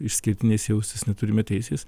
išskirtiniais jaustis neturime teisės